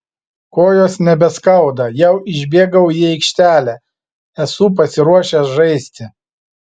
kojos nebeskauda jau išbėgau į aikštelę esu pasiruošęs žaisti